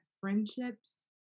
friendships